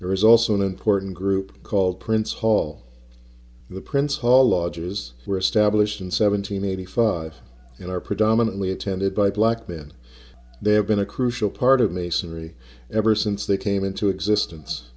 there is also an important group called prince hall the prince hall lodges were established in seven hundred eighty five and are predominantly attended by black then they have been a crucial part of masonry ever since they came into existence